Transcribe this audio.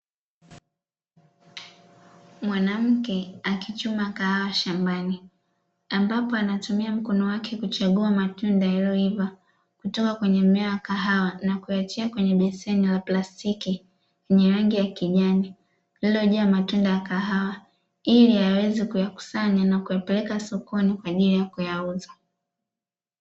Mwanamke akichuma kahawa shambani, ambapo anatumia mkono wake kuchagua matunda yaliyoiva kutoka kwenye mmea wa kahawa, na kuyatia kwenye beseni la plastiki lenye rangi ya kijani lililojaa matunda ya kahawa, ili aweze kuyakusanya na kuyapeleka sokoni kwa ajili ya kuyauza.